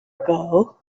ago